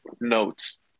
notes